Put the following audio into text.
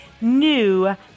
new